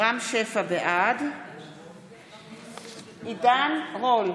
בעד עידן רול,